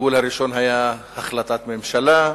הגלגול הראשון היה החלטת הממשלה,